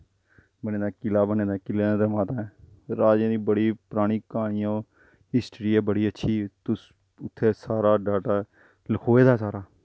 बने दा ऐ इक किले बने दा ऐ किले दे अंदर माता ऐ राजें दी बड़ी परानी क्हानियां ओह् हिस्टरी ऐ बड़ी अच्छी तुस उत्थें सारा डाटा लखोए दा सारा